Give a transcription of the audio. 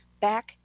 Back